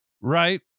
Right